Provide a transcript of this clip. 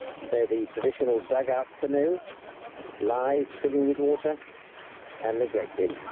so the traditional dugout canoe lies filling with water and neglected.